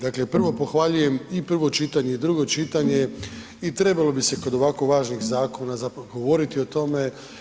Dakle, prvo pohvaljujem i prvo čitanje i drugo čitanje i trebalo bi se kod ovako važnih zakona zapravo govoriti o tome.